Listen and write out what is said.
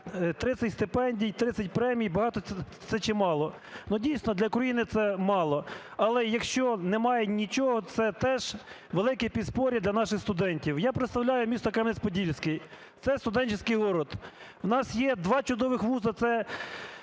30 стипендій, 30 премій - багато це чи мало? Ну дійсно для країни це мало. Але, якщо немає нічого, це теж велике подспорье для наших студентів. Я представляю місто Кам'янець-Подільський - цестуденченський город, в нас є два чудових вузи